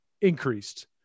increased